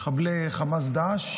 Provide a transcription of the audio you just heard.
מחבלי חמאס ודאעש,